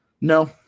No